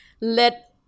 let